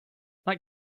that